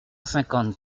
cinquante